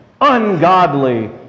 ungodly